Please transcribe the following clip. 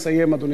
אדוני היושב-ראש,